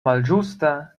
malĝusta